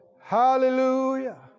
Hallelujah